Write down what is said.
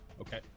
Okay